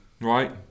Right